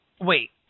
Wait